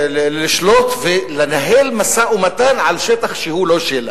לשלוט ולנהל משא-ומתן על שטח שהוא לא שלה.